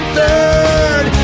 third